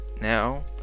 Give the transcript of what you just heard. Now